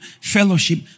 fellowship